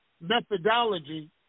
methodology